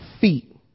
feet